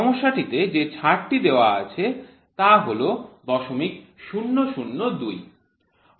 সমস্যাটিতে যে ছাড়টি দেওয়া হয়েছে তা হল ০০০২